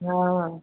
हॅं